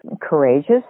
courageous